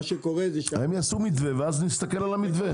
הם יכינו מתווה ונסתכל על המתווה.